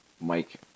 Mike